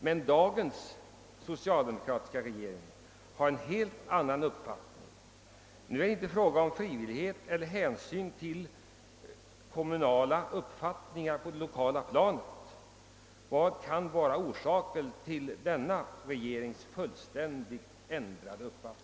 Men dagens socialdemokratiska regering har en helt annan uppfattning. Nu är det inte fråga om frihet eller hänsyn till lokala åsikter på det kommunala planet. Vad kan vara orsaken till denna regerings fullständigt ändrade uppfattning?